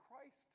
Christ